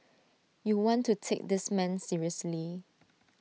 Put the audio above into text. you want to take this man seriously